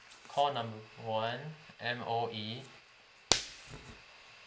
call number one M_O_E